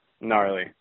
gnarly